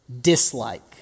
Dislike